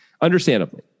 Understandably